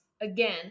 again